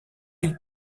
ils